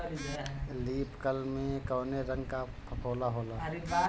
Leaf curl में कौने रंग का फफोला होला?